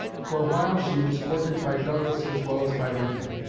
for a while she was courted by douglas as well as by lincoln.